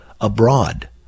Abroad